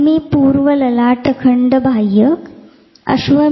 नेत्रगुहा ललाट बाह्यक या भागाची निम्न कार्यात्मकता याचा भावनांवर परिणाम होतो